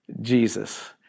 Jesus